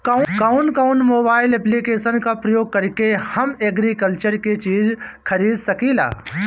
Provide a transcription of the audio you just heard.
कउन कउन mobile application का प्रयोग करके हम एग्रीकल्चर के चिज खरीद सकिला?